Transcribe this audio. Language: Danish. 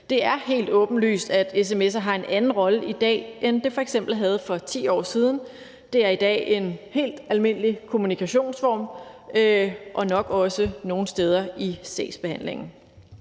Det er helt åbenlyst, at sms'er har en anden rolle i dag, end de f.eks. havde for 10 år siden. Det er i dag en helt almindelig kommunikationsform – og nok også nogle steder i sagsbehandlingen.